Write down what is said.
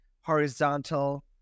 horizontal